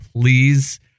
Please